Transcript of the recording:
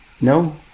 no